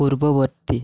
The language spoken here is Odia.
ପୂର୍ବବର୍ତ୍ତୀ